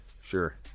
Sure